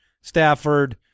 Stafford